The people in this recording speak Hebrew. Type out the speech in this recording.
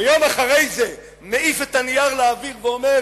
ויום אחרי זה מעיף את הנייר לאוויר ואומר: